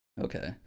okay